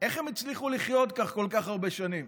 איך הם הצליחו לחיות כך כל כך הרבה שנים?